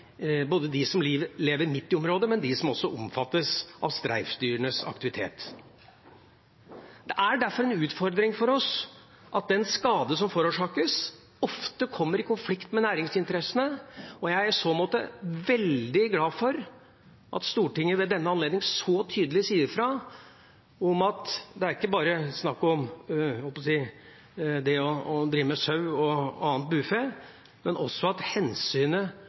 både de som lever midt i området, og de som omfattes av streifdyrenes aktivitet. Det er derfor en utfordring for oss at den skade som forårsakes, ofte kommer i konflikt med næringsinteressene. Jeg er i så måte veldig glad for at Stortinget ved denne anledning så tydelig sier at det er ikke bare snakk om det å drive med sau og annet bufe, men også at hensynet